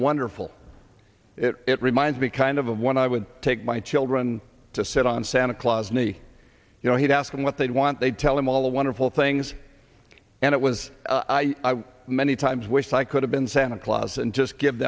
wonderful it it reminds me kind of what i would take my children to sit on santa claus knee you know he'd ask them what they want they tell him all the wonderful things and it was many times wished i could have been santa claus and just give